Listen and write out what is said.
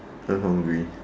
I'm hungry